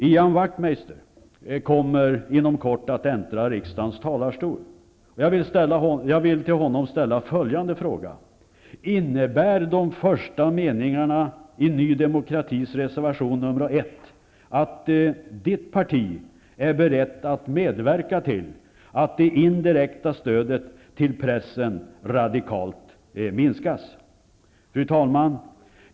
Ian Wachtmeister kommer inom kort att äntra riksdagens talarstol. Jag vill till honom ställa följande fråga: Innebär de första meningarna i Ny Demokratis reservation, nr 1, att partiet är berett att medverka till att det indirekta stödet till pressen radikalt minskas? Fru talman!